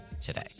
today